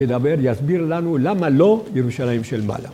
ידבר, יסביר לנו למה לא ירושלים של מעלה.